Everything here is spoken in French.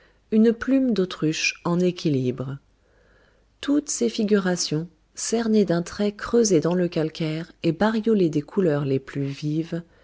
une plume d'autruche en équilibre toutes ces figurations cernées d'un trait creusé dans le calcaire et bariolées des couleurs les plus vives